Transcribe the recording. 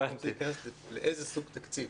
אני רוצה להיכנס לאיזה סוג תקציב.